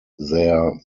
their